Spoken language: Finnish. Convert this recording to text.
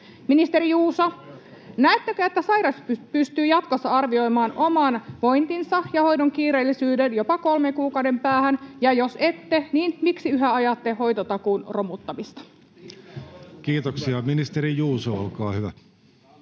Ministeri Juuso, näettekö, että sairas pystyy jatkossa arvioimaan oman vointinsa ja hoidon kiireellisyyden jopa kolmen kuukauden päähän, ja jos ette, niin miksi yhä ajatte hoitotakuun romuttamista? [Hälinää — Ben Zyskowicz: